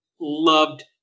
loved